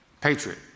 patriot